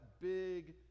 big